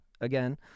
again